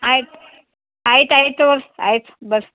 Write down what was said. ಆಯ್ತು ಆಯ್ತು ಆಯಿತು ಆಯಿತು ಬರ್ರಿ